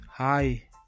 hi